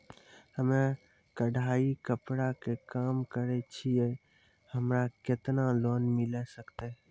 हम्मे कढ़ाई कपड़ा के काम करे छियै, हमरा केतना लोन मिले सकते?